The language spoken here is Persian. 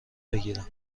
بگیرم